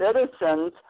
citizens